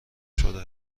شده